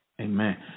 amen